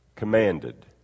Commanded